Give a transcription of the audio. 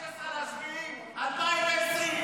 זה היה ב-16 ביולי 2020. אתם הייתם בשלטון.